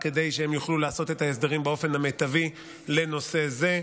וכדי שהן יוכלו לעשות את ההסדרים באופן המיטבי לנושא זה,